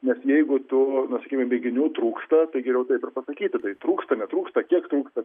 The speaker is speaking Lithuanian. nes jeigu tu na sakykim mėginių trūksta tai geriau taip ir pasakyti tai trūksta netrūksta kiek trūksta